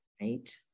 right